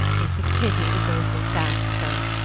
it's a pity the beauforts asked her,